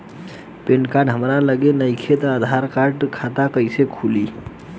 Pan card हमरा लगे नईखे त आधार कार्ड से खाता कैसे खुली?